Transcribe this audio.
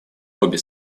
обе